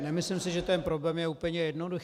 Nemyslím si, že ten problém je úplně jednoduchý.